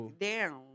down